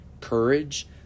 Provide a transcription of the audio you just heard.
courage